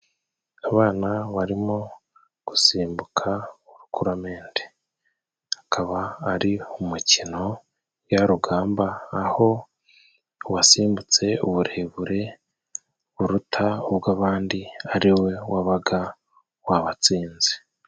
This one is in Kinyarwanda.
Abana barimo gusimbuka urukiramende， akaba ari umukino njyarugamba，aho uwasimbutse uburebure buruta ubw'abandi ari we wabaga wabatsinze.